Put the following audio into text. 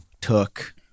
took